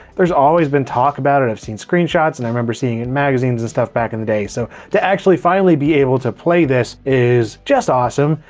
there's always been talk about it. i've seen screen shots, and i remember seeing it in magazines and stuff, back in the day, so to actually finally be able to play this, is just awesome.